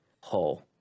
whole